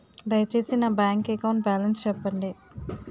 దయచేసి నా bank account balance చెప్పండి